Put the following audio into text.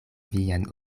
vian